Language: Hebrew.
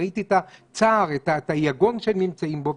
ראיתי את הצער, את היגון שהם נמצאים בו.